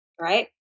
right